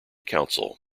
council